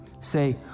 Say